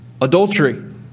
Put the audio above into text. Adultery